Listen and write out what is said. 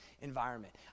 environment